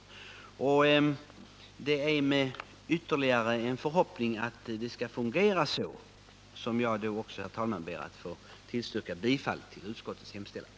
Det är med ytterligare en förhoppning om att det skall fungera så som jag, herr talman, ber att få tillstyrka bifall till utskottets hemställan.